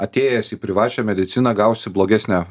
atėjęs į privačią mediciną gausi blogesnę